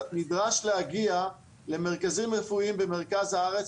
נדרש להגיע למרכזים רפואיים במרכז הארץ,